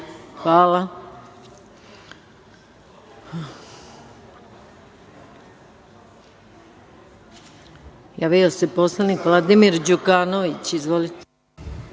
Hvala